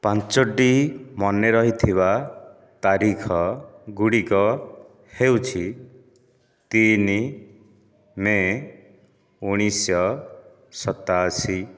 ପାଞ୍ଚଟି ମନେ ରହିଥିବା ତାରିଖ ଗୁଡ଼ିକ ହେଉଛି ତିନି ମେ ଉଣେଇଶିଶହ ସତାଅଶୀ